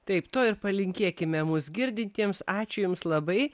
taip to ir palinkėkime mūsų girdintiems ačiū jums labai